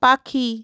পাখি